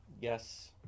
yes